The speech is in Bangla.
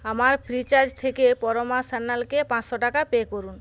আমার ফ্রিচার্জ থেকে পরমা সান্যালকে পাঁচশো টাকা পে করুন